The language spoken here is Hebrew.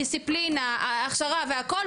דיסציפלינה ההכשרה והכל,